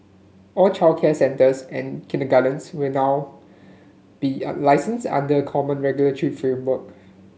all childcare centres and kindergartens will now be licensed under a common regulatory framework